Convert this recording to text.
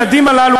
הילדים הללו,